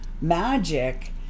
magic